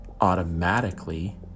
automatically